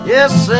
Yes